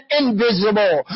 invisible